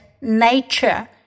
nature